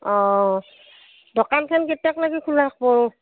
অঁ দোকানখন কেইতাক লেগি খোলা থাকিব